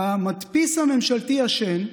שהמדפיס הממשלתי ישן,